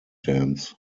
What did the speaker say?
dance